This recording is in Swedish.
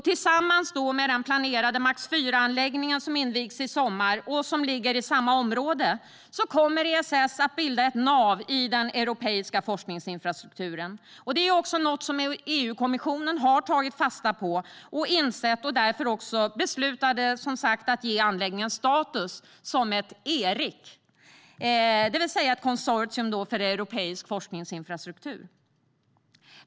Tillsammans med den planerade MAX IV-anläggningen, som invigs i sommar och som ligger i samma område, kommer ESS att bilda ett nav i den europeiska forskningsinfrastrukturen. Det är också något som EU-kommissionen har tagit fasta på och insett. Därför beslutade man, som sagt, att ge anläggningen status som "Eric", det vill säga ett konsortium för europeisk forskningsinfrastruktur.